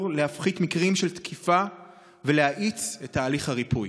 להפחית מקרים של תקיפה ולהאיץ את תהליך הריפוי.